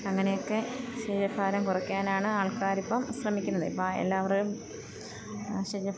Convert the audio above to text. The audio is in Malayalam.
അങ്ങനെയൊക്കെ ശരീരഭാരം കുറയ്ക്കാനാണ് ആൾക്കാരിപ്പം ശ്രമിക്കുന്നത് ഇപ്പം എല്ലാവരും